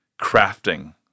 crafting